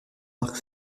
marc